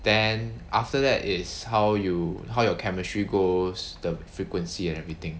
then after that is how you how your chemistry goes the frequency and everything